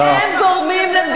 אתם גורמים לנו,